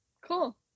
cool